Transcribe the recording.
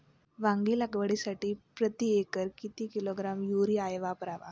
वांगी लागवडीसाठी प्रती एकर किती किलोग्रॅम युरिया वापरावा?